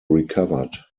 recovered